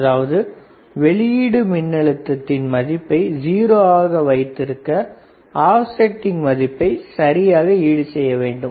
அதாவது வெளியீடு மின்னழுத்தத்தின் மதிப்பை 0 ஆக வைத்திருக்க ஆப்செட்டிங் மதிப்பை சரியாக ஈடு செய்ய வேண்டும்